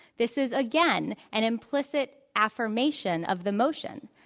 this is again an implicit affirmation of the motion